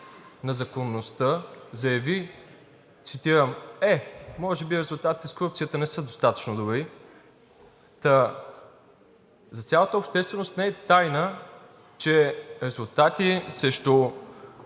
на законността, заяви, цитирам: „Е, може би резултатите с корупцията не са достатъчно добри!“ Та за цялата общественост не е тайна, че резултати срещу